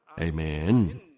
Amen